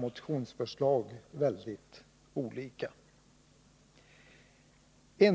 motionsförslagen behandlats väldigt olika i betänkandena.